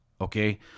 okay